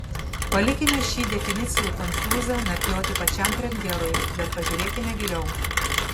palikime šį definicijų konfūzą narplioti pačiam premjerui bet pažiūrėkime giliau